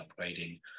upgrading